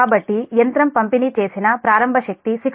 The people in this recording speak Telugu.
కాబట్టి యంత్రం పంపిణీ చేసిన ప్రారంభ శక్తి 69